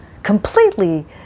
completely